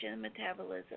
metabolism